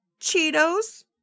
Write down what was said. Cheetos